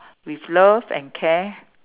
with love and care